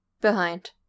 Behind